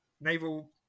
naval